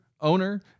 owner